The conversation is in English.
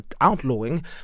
outlawing